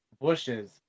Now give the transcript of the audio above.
bushes